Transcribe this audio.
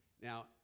Now